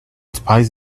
spies